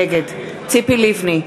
נגד ציפי לבני,